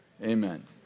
Amen